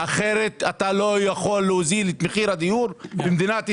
אחרת אתה לא יכול להוזיל את מחיר הדיור במדינת ישראל.